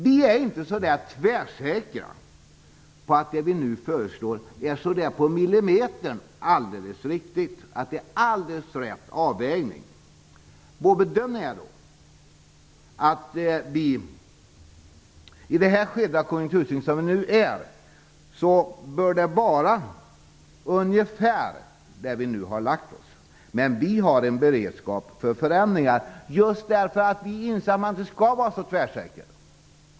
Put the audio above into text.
Vi är inte så där tvärsäkra på att det vi nu föreslår är på millimetern riktigt, att det är alldeles rätt avvägning. Vår bedömning är dock att vi i det skede av konjunkturcykeln som vi nu befinner oss i bör vara ungefär på de nivåer vi nu har föreslagit. Men vi har en beredskap för förändringar, just därför att vi inser att man inte skall vara så tvärsäker.